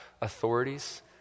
authorities